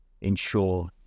ensure